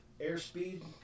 airspeed